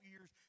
years